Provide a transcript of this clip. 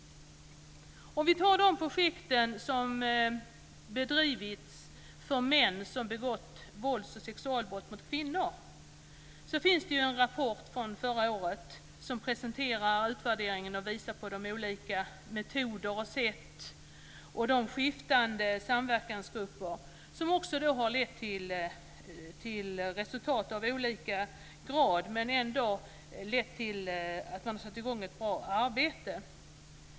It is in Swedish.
När det gäller de projekt som bedrivits för män som begått vålds och sexualbrott mot kvinnor finns det en rapport från förra året som presenterar utvärderingen och visar på de olika metoder, sätt och skiftande samverkansgrupper som lett till resultat av olika grad och till att man ändå satt i gång ett bra arbete.